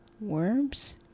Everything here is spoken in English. Worms